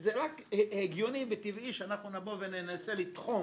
זה רק הגיוני וטבעי שאנחנו נבוא וננסה לתחום